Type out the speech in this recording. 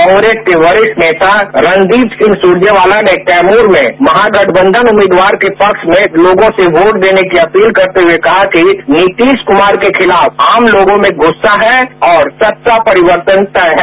कांग्रेस के वरिष्ठ नेता रणदीप सिंह सुरजेवाला ने कैमूर में महागठबंधन उम्मीदवार के पक्ष में लोगों से वोट देने की अपील करते हुए कहा कि नीतीश कुमार के खिलाफ आम लोगों में गुस्सा है और सत्ता परिवर्तन तय है